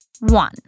One